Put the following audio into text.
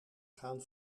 gaan